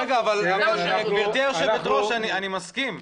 גברתי היושבת ראש, אני מסכים.